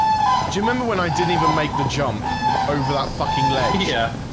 remember when i didn't even make the jump over that fucking leg? yeah,